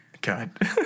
God